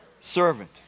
Servant